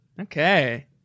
Okay